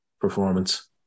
performance